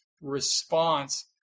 response